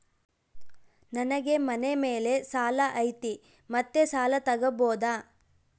ನನಗೆ ಮನೆ ಮೇಲೆ ಸಾಲ ಐತಿ ಮತ್ತೆ ಸಾಲ ತಗಬೋದ?